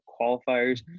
qualifiers